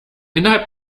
innerhalb